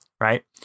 right